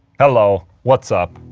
hello, what's up?